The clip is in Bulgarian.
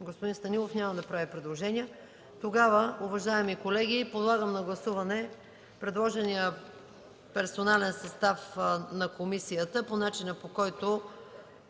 Господин Станилов няма да прави предложения. Уважаеми колеги, тогава подлагам на гласуване предложения персонален състав на комисията по начина, по който